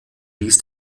ließ